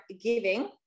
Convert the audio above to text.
giving